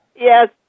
Yes